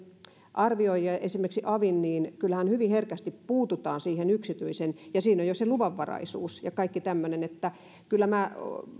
arvioijien esimerkiksi avin luuppi on sellainen että kyllähän hyvin herkästi puututaan siihen yksityiseen ja siinä on jo se luvanvaraisuus ja kaikki tämmöinen että kyllä minä